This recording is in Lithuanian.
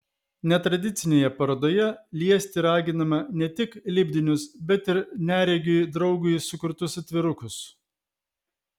netradicinėje parodoje liesti raginama ne tik lipdinius bet ir neregiui draugui sukurtus atvirukus